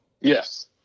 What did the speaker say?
Yes